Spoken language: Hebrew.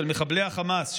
של מחבלי החמאס,